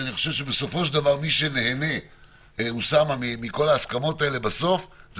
אני חושב שבסופו של דבר מי שנהנה מכל ההסכמות האלה זה הציבור,